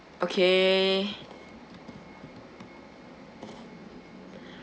okay